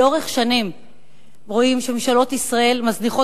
לאורך שנים רואים שממשלות ישראל מזניחות